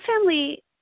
family